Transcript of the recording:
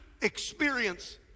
experience